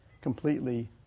completely